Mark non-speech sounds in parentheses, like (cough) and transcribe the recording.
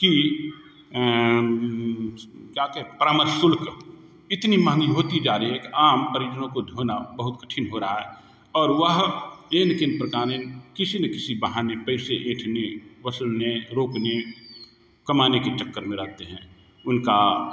की क्या कहें परामर्श शुल्क इतनी महँगी होती जा रही है कि आम परिजनों को यहाँ बहुत कठिन हो रहा है और वह (unintelligible) किसी ना किसी बहाने पैसे एँठने वसूलने रोपने कमाने के चक्कर में रहते हैं उनका